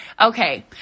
Okay